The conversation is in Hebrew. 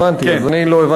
הבנתי, אז לא הבנתי את הנקרא.